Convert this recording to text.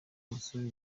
musore